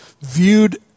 viewed